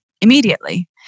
immediately